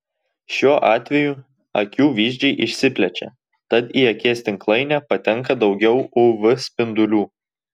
šiuo atveju akių vyzdžiai išsiplečia tad į akies tinklainę patenka daugiau uv spindulių